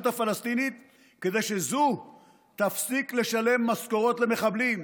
הפלסטינית כדי שזו תפסיק לשלם משכורות למחבלים,